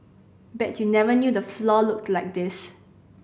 bet you never knew the floor looked like this